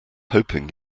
hoping